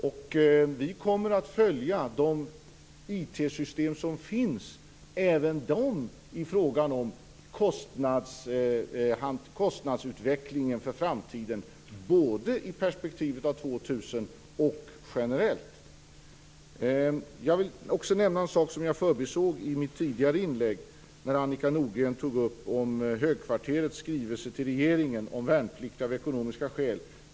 Vi kommer att följa de IT-system som finns i fråga om kostnadsutvecklingen för framtiden både i perspektivet av 2000 och generellt. Jag vill också nämna en sak som jag förbisåg i mitt tidigare inlägg. Annika Nordgren tog upp högkvarterets skrivelse till regeringen om värnplikt av ekonomiska skäl.